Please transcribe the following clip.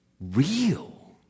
real